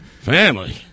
Family